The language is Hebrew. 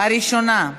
הראשונה,